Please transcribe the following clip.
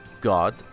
god